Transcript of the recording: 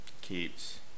keeps